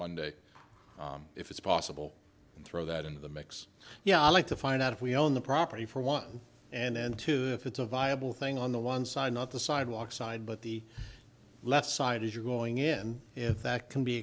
monday if it's possible and throw that into the mix yeah i'd like to find out if we own the property for one and then two if it's a viable thing on the one side not the sidewalk side but the left side is you're going in if that can be